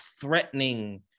threatening